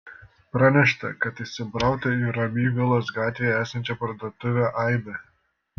pranešta kad įsibrauta į ramygalos gatvėje esančią parduotuvę aibė